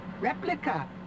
Replica